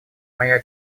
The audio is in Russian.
моя